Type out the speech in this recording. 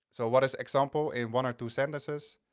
so what is example in one or two sentences?